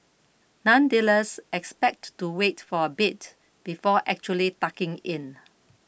nonetheless expect to wait for a bit before actually tucking in